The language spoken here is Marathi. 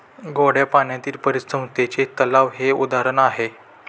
गोड्या पाण्यातील परिसंस्थेचे तलाव हे उदाहरण आहे